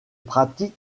pratiques